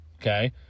Okay